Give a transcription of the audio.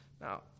Now